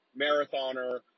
marathoner